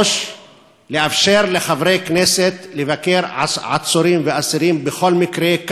3. לאפשר לחברי כנסת לבקר עצורים ואסירים בכל מקרה.